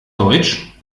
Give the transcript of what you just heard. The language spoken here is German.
deutsch